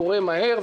קורה מהר,